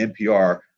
npr